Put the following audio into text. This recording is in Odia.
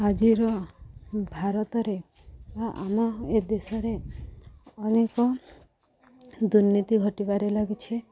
ଆଜିର ଭାରତରେ ବା ଆମ ଏ ଦେଶରେ ଅନେକ ଦୁର୍ନୀତି ଘଟିବାରେ ଲାଗିଛି